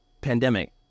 pandemic